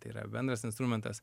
tai yra bendras instrumentas